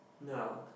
No